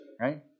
right